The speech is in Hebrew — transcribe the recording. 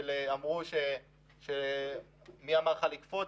שאלו מי אמר לך לקפוץ,